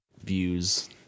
views